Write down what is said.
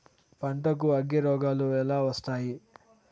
పంటకు అగ్గిరోగాలు ఎలా వస్తాయి?